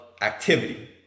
activity